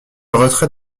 retrait